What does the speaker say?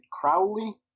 Crowley